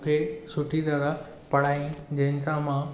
मूंखे सुठी तरह पढ़ायाईं जंहिं सां मां